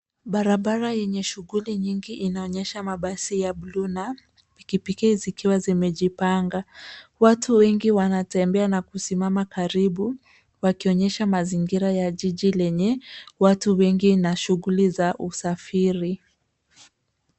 Barabara yenye shughuli nyingi inaonyesha mabasi ya buluu na pikipiki zikiwa zimejipanga. Watu wengi wanatembea na kusimama karibu, wakionyesha mazingira ya jiji lenye watu wengi na shughuli za usafiri.